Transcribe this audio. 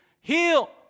heal